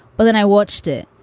but then i watched it.